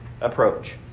approach